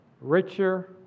richer